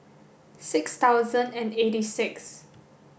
six thousand and eighty six